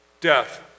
death